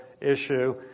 issue